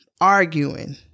arguing